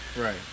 Right